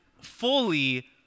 fully